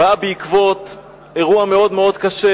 באה בעקבות אירוע מאוד מאוד קשה,